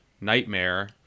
nightmare